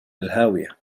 الهاوية